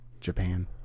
Japan